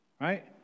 right